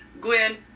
Gwen